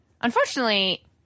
Unfortunately